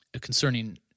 concerning